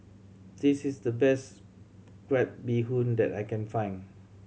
this is the best crab bee hoon that I can find